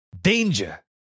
danger